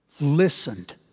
listened